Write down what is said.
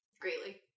greatly